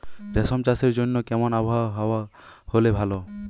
রেশম চাষের জন্য কেমন আবহাওয়া হাওয়া হলে ভালো?